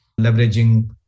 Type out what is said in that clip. leveraging